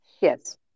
yes